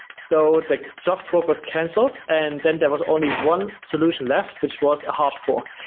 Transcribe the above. so the software was canceled and then there was only one solution left, which was a hard fork.